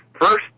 first